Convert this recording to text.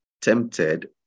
tempted